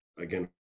again